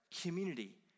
community